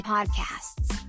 Podcasts